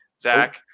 Zach